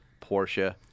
Porsche